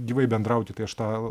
gyvai bendrauti tai aš tą